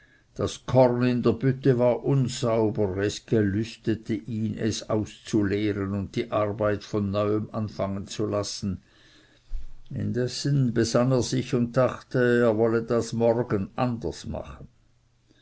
das korn in der bütti war unsauber es gelüstete ihn es auszuleeren und die arbeit von neuem anfangen zu lassen indessen besaß er sich und dachte er wolle das morgen anders machen